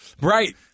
Right